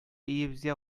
өебезгә